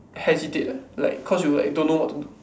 hesitate like like cause you like don't know what to do